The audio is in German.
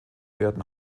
werden